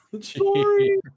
Sorry